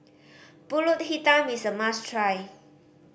Pulut Hitam is a must try